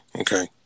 Okay